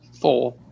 Four